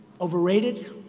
overrated